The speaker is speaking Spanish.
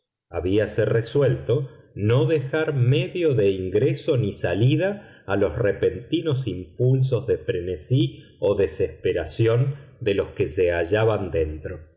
cerrojos habíase resuelto no dejar medio de ingreso ni salida a los repentinos impulsos de frenesí o desesperación de los que se hallaban dentro